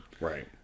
Right